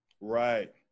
Right